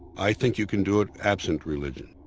i think you can do it absent religion.